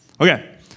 Okay